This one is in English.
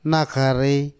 Nakari